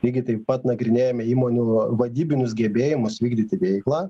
lygiai taip pat nagrinėjame įmonių vadybinius gebėjimus vykdyti veiklą